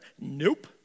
Nope